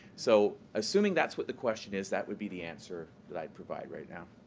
so, assuming that's what the question is, that would be the answer that i'd provide right now.